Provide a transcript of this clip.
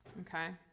okay